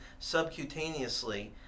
subcutaneously